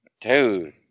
Dude